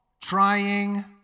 trying